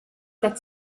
that